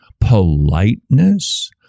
politeness